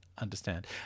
understand